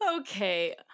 okay